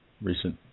recent